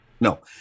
no